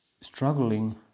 struggling